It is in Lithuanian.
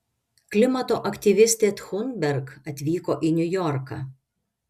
klimato aktyvistė thunberg atvyko į niujorką